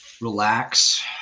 relax